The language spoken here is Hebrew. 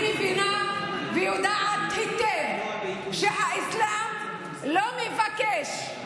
אני מבינה ויודעת היטב שהאסלאם לא מבקש,